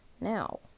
Now